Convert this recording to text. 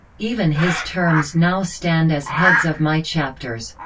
even his terms now stand as heads of my chapters.